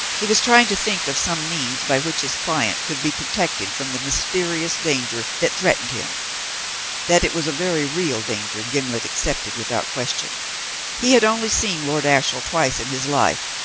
he was trying to think of some means by which his client could be protected from the mysterious danger that threatened him that it was a very real danger, gimblet accepted without question he had only seen lord ashiel twice in his life,